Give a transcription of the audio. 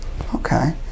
Okay